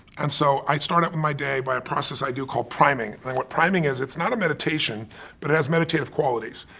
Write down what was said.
and so i start out my day by a process i do called priming. what priming is, it's not a meditation but it has meditative qualities.